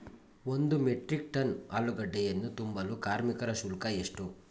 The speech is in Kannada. ಒಂದು ಮೆಟ್ರಿಕ್ ಟನ್ ಆಲೂಗೆಡ್ಡೆಯನ್ನು ತುಂಬಲು ಕಾರ್ಮಿಕರ ಶುಲ್ಕ ಎಷ್ಟು?